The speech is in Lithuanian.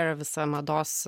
yra visa mados